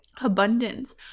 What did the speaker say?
abundance